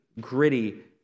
gritty